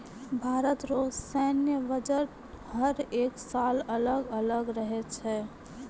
भारत रो सैन्य बजट हर एक साल अलग अलग रहै छै